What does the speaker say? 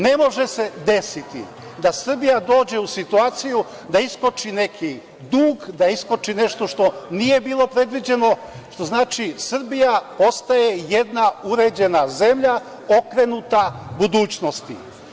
Ne može se desiti da Srbija dođe u situaciju da iskoči neki dug, da iskoči nešto što nije bilo predviđeno, što znači Srbija postaje jedna uređena zemlja, okrenuta budućnosti.